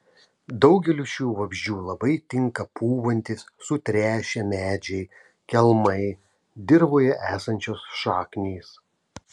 daugeliui šių vabzdžių labai tinka pūvantys sutrešę medžiai kelmai dirvoje esančios šaknys